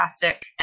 fantastic